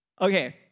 Okay